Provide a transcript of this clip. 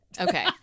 Okay